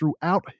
throughout